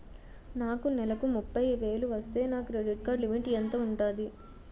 నాకు నెలకు ముప్పై వేలు వస్తే నా క్రెడిట్ కార్డ్ లిమిట్ ఎంత ఉంటాది?